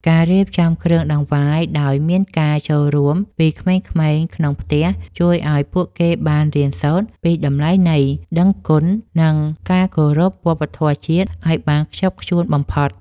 ការរៀបចំគ្រឿងដង្វាយដោយមានការចូលរួមពីក្មេងៗក្នុងផ្ទះជួយឱ្យពួកគេបានរៀនសូត្រពីតម្លៃនៃដឹងគុណ និង ការគោរពវប្បធម៌ជាតិឱ្យបានខ្ជាប់ខ្ជួនបំផុត។